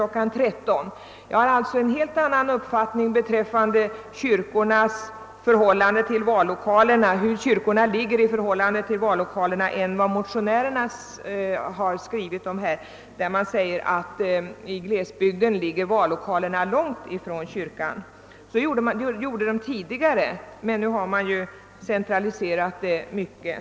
Jag har alltså en helt annan uppfattning om vallokalernas läge i förhållande till kyrkorna än motionärerna, som säger att vallokalerna i glesbygden ligger långt ifrån kyrkan. Det gjorde de tidigare, men nu har man i stor utsträckning lagt dem i centrum.